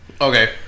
Okay